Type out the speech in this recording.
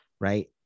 right